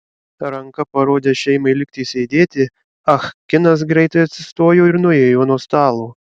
ranka parodęs šeimai likti sėdėti ah kinas greitai atsistojo ir nuėjo nuo stalo